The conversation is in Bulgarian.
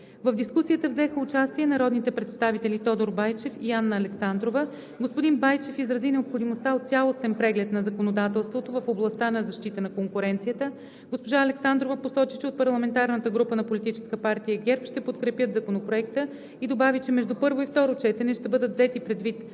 В дискусията взеха участие народните представители Тодор Байчев и Анна Александрова. Господин Байчев изрази необходимостта от цялостен преглед на законодателството в областта на защитата на конкуренцията. Госпожа Александрова посочи, че от парламентарната група на Политическа партия ГЕРБ ще подкрепят Законопроекта и добави, че между първо и второ четене ще бъдат взети предвид